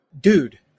dude